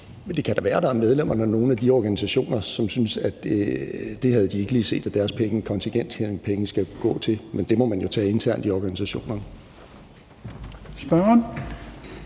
det kan da være, at der er medlemmer af nogle af de organisationer, som ikke lige havde set, at deres kontingentpenge skulle gå til det, men det må man jo tage internt i organisationerne. Kl.